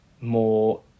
more